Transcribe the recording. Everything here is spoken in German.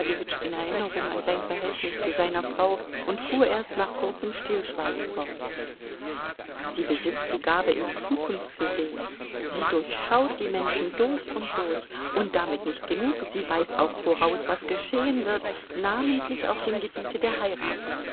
in erinnerung an sein verhältnis zu seiner frau und fuhr erst nach kurzem stillschweigen fort sie besitzt die gabe in die zukunft zu sehen sie durchschaut die menschen durch und durch und damit nicht genug sie weiß auch voraus was geschehen wird namentlich auf dem gebiete der heiraten